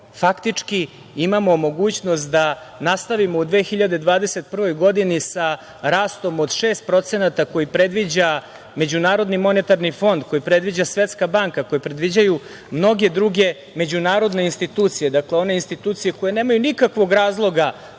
faktički imamo mogućnost da nastavimo u 2021. godini sa rastom od 6% koji predviđa MMF, koji predviđa Svetska banka, koji predviđaju mnoge druge međunarodne institucije. Dakle, to su one institucije koje nemaju nikakvog razloga